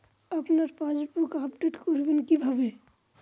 আপনার passbook update করবেন কিভাবে?